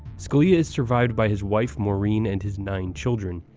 scalia is survived by his wife, maureen and his nine children.